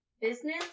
Business